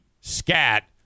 SCAT